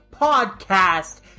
podcast